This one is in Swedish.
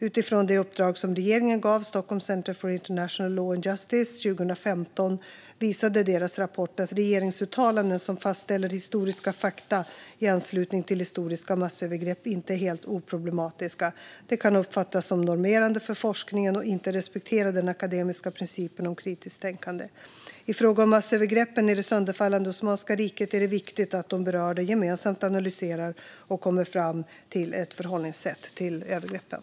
Utifrån det uppdrag som regeringen gav Stockholm Centre for International Law and Justice 2015 visade deras rapport att regeringsuttalanden som fastställer historiska fakta i anslutning till historiska massövergrepp inte är helt oproblematiska. De kan uppfattas som normerande för forskningen och inte respektera den akademiska principen om kritiskt tänkande. I fråga om massövergreppen i det sönderfallande Osmanska riket är det viktigt att de berörda gemensamt analyserar och kommer fram till ett förhållningssätt till övergreppen.